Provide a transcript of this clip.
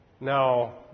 Now